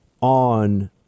on